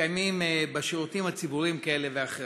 שמתקיימים בשירותים הציבוריים, כאלה ואחרים.